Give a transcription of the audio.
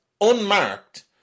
unmarked